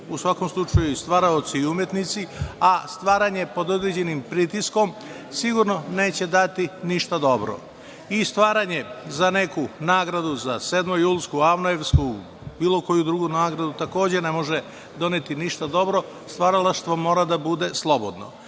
u svakom slučaju i stvaraoci i umetnici, a stvaranje pod određenim pritiskom sigurno neće dati ništa dobro. I stvaranje za neku nagradu, za „7. jul-sku“, „AVNOJ-evsku“, bilo koju drugu nagradu, takođe, ne može doneti ništa dobro, stvaralaštvo mora da bude slobodno.Međutim,